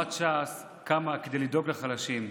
תנועת ש"ס קמה כדי לדאוג לחלשים.